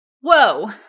Whoa